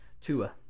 Tua